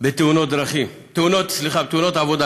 בתאונות עבודה